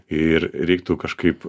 ir reiktų kažkaip